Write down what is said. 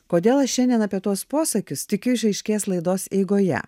kodėl aš šiandien apie tuos posakius tikiu išaiškės laidos eigoje